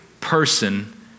person